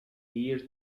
year